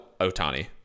Otani